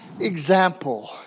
example